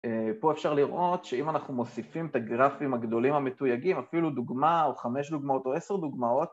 פה אפשר לראות שאם אנחנו מוסיפים את הגרפים הגדולים המתויגים, אפילו דוגמא או חמש דוגמאות או עשר דוגמאות